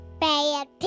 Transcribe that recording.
Bad